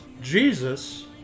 Jesus